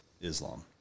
Islam